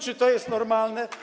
Czy to jest normalne?